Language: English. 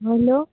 hello